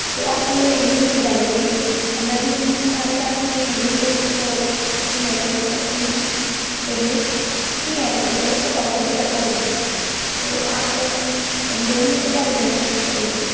तो आप यही ले जा लीजिए एनर्जी ड्रिंक में हमारे पास में ग्लूकोस की मेडिसिन्स रखी हुई है टैब्लेट ठीक है और ग्लूकोस का पाउडर भी रखा हुआ है तो आप दोनों में से क्या ले जाना पसंद करेंगी